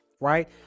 right